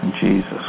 Jesus